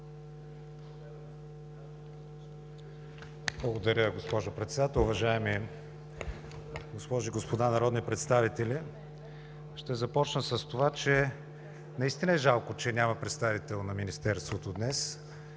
Благодаря, госпожо Председател. Уважаеми госпожи и господа народни представители! Ще започна с това, че наистина е жалко, че няма представител на Министерството днес